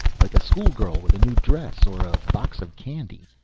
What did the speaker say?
like a schoolgirl with a new dress. or a box of candy.